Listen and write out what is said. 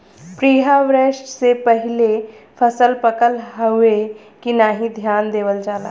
preharvest से पहिले फसल पकल हउवे की नाही ध्यान देवल जाला